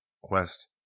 Quest